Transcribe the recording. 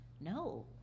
No